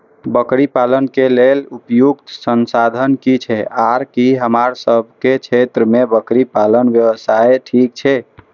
बकरी पालन के लेल उपयुक्त संसाधन की छै आर की हमर सब के क्षेत्र में बकरी पालन व्यवसाय ठीक छै?